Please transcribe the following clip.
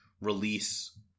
release